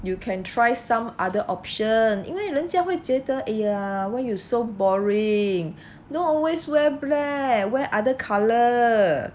you can try some other option 因为人家会觉得 !aiya! why you so boring don't always wear black wear other colour